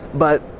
but,